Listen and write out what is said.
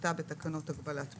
כהגדרתה בתקנות הגבלת פעילות".